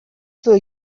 توئه